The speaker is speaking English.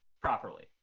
properly